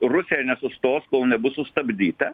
rusija nesustos kol nebus sustabdyta